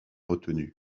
retenue